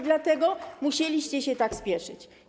Dlatego musieliście się tak spieszyć.